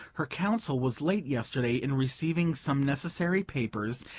her counsel was late yesterday in receiving some necessary papers,